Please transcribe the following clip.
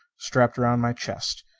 strapped around my chest.